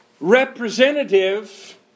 representative